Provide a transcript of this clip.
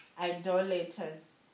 idolaters